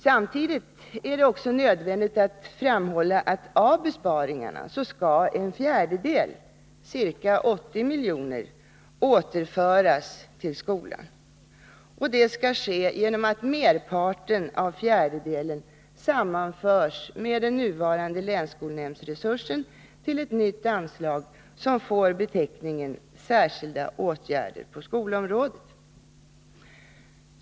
Samtidigt är det också nödvändigt att framhålla att av besparingarna skall en fjärdedel — ca 80 miljoner — återföras till skolan. Det skall ske genom att merparten av fjärdedelen sammanförs med den nuvarande länsskolnämndsresursen till ett nytt anslag, som får beteckningen Särskilda åtgärder på skolområdet.